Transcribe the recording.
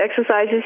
exercises